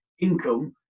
income